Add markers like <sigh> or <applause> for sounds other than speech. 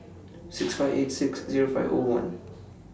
<noise> six five eight six Zero five O one